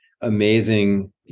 amazing